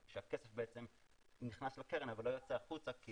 שהכסף בעצם נכנס לקרן אבל לא יוצא החוצה כי